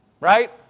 Right